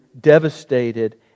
devastated